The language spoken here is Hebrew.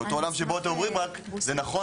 זה אותו עולם שבו אתם אומרים רק זה נכון